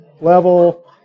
level